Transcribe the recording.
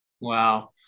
Wow